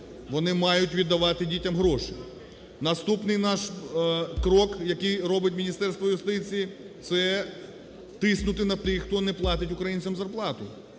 вони мають віддавати дітям гроші. Наступний наш крок, який робить Міністерство юстиції, – це тиснути на тих, хто не платить українцям зарплату